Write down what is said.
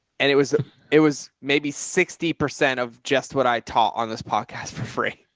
and it was, it was maybe sixty percent of just what i taught on this podcast for free.